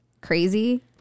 crazy